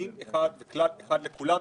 דין אחד וכלל אחד לכולם.